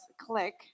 Click